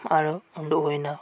ᱟᱨᱚ ᱩᱸᱰᱩᱠ ᱦᱩᱭ ᱮᱱᱟ